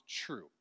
true